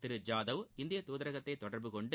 திரு ஜாதவ் இந்திய துதரகத்தை தொடர்பு கொண்டு